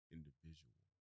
individual